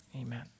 Amen